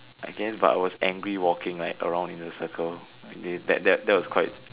I guess but I was angry walking like around in a circle that was quite